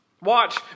Watch